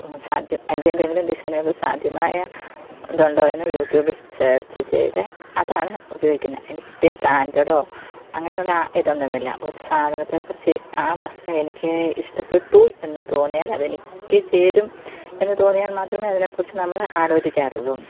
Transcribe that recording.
സാധ്യം അതിൻ്റെ എന്തെങ്കിലും ഡിസൈനുകൾ സാധ്യമായ ഇതുണ്ടോ എന്ന് യൂറ്റൂബിൽ സേർച്ച് ചെയ്ത് അതാണ് ഉപയോഗിക്കുന്നത് അതിന് പ്രത്യേകം ബ്രാൻ്റൊ അങ്ങനെയുള്ള ഇതൊന്നുമില്ല ഒരു സാധനത്തെക്കുറിച്ച് ആ വസ്ത്രം എനിക്ക് ഇഷ്ടപ്പെട്ടൂ എന്ന് തോന്നിയാൽ അതെനിക്ക് ചേരും എന്ന് തോന്നിയാൽ മാത്രമെ അതിനേക്കുറിച്ച് നമ്മൾ ആലോചിക്കാറുള്ളു